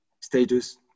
status